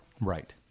Right